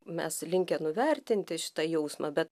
mes linkę nuvertinti šitą jausmą bet